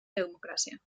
democràcia